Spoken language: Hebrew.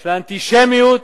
של האנטישמיות,